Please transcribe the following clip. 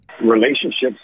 relationships